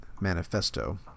Manifesto